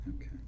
Okay